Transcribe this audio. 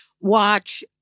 watch